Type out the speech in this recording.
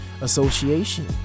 Association